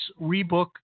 rebook